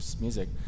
music